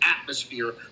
atmosphere